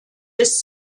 bis